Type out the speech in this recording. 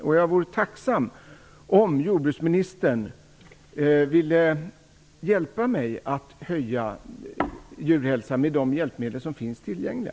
Och jag vore tacksam om jordbruksministern ville hjälpa mig att öka djurhälsan med de hjälpmedel som finns tillgängliga.